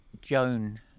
Joan